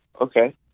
okay